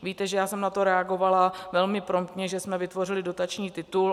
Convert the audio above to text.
Víte, že já jsem na to reagovala velmi promptně, že jsme vytvořili dotační titul.